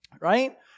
right